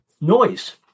noise